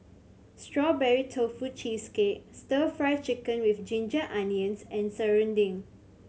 Strawberry Tofu Cheesecake Stir Fry Chicken with ginger onions and serunding